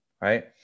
right